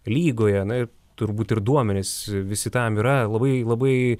lygoje na ir turbūt ir duomenis visi tam yra labai labai